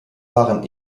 waren